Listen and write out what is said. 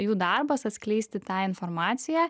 jų darbas atskleisti tą informaciją